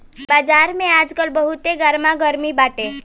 बाजार में आजकल बहुते गरमा गरमी बाटे